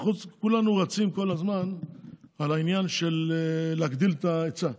כולנו רצים כל הזמן על העניין של להגדיל את ההיצע.